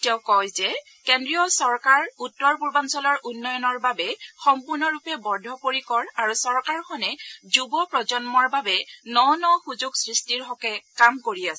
তেওঁ কয় যে কেন্দ্ৰীয় চৰকাৰ উত্তৰ পূৰ্বাঞ্চলৰ উন্নয়নৰ বাবে সম্পূৰ্ণৰূপে বদ্ধপৰিকৰ আৰু চৰকাৰখনে যুৱ প্ৰজন্মৰ বাবে ন ন সুযোগ সৃষ্টিৰ বাবে কাম কৰি আছে